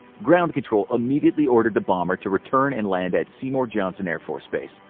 ground control immediately ordered the bomber to return and land at seymour johnson air force base.